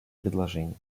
предложений